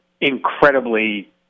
incredibly